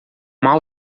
mau